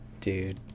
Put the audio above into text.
Dude